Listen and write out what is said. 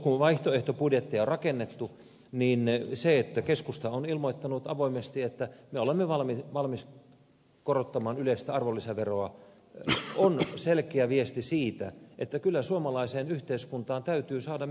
kun vaihtoehtobudjettia on rakennettu niin se että keskusta on ilmoittanut avoimesti että me olemme valmiit korottamaan yleistä arvonlisäveroa on selkeä viesti siitä että kyllä suomalaiseen yhteiskuntaan täytyy saada myös tuloja